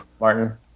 Martin